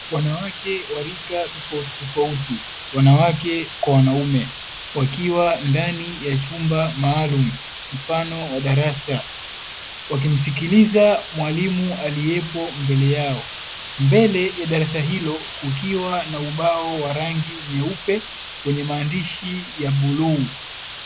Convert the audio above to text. Wanawake wa rika tofauti tofauti, wanawake kwa wanaume wakiwa ndani ya chumba maalumu mfano wa darasa, wakimsikiliza mwalimu aliyepo mbele yao. Mbele ya darasa hilo kukiwa na ubao wa rangi nyeupe, wenye maandishi ya bluu.